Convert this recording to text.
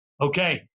Okay